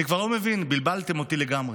אני כבר לא מבין, בלבלתם אותי לגמרי,